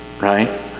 right